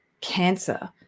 cancer